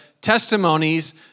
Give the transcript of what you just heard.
testimonies